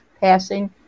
passing